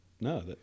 no